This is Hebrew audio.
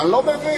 אני לא מבין?